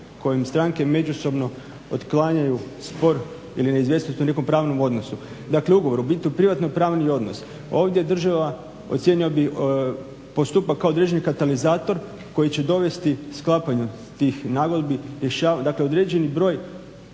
kojim stranke međusobno otklanjaju spor ili neizvjesnost u nekom pravnom odnosu. Dakle ugovor, u biti u privatno-pravni odnos. Ovdje država, ocijenio bih, postupa kao određeni katalizator koji će dovesti do sklapanja tih nagodbi. Dakle određeni broj